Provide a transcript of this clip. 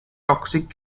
toxic